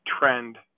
trend